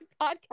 podcast